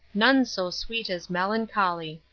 none so sweet as melancholy.